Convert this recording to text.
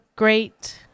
great